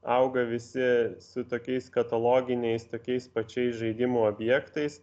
auga visi su tokiais kataloginiais tokiais pačiais žaidimų objektais